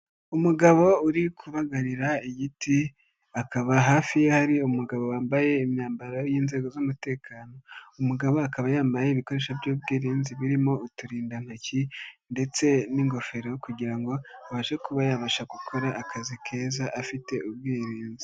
Umugabo uri kubagarira igiti akaba hafi ye hari umugabo wambaye imyambaro y'inzego z'umutekano umugabo akaba yambaye ibikoresho by'ubwirinzi birimo uturindantoki ndetse n'ingofero kugira ngo abashe kuba yabasha gukora akazi keza afite ubwirinzi.